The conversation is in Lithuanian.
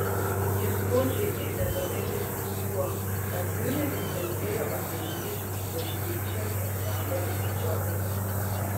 jis godžiai ėmė domėtis viskuo ką fiureris kalbėjo apie žydus bažnyčią ir raganų medžiokles